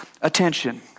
attention